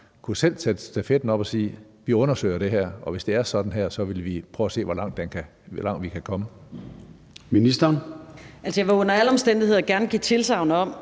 kunne tage stafetten op og sige, at vi undersøger det her, og at hvis det er sådan her, vil vi prøve at se, hvor langt vi kan komme.